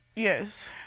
Yes